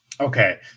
Okay